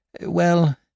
well